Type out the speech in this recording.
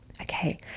Okay